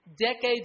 decades